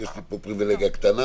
יש לי פה פריבילגיה קטנה.